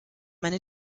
meine